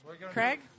Craig